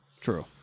True